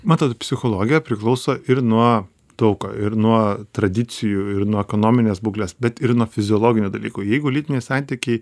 matot psichologija priklauso ir nuo daug ko ir nuo tradicijų ir nuo ekonominės būklės bet ir nuo fiziologinių dalykų jeigu lytiniai santykiai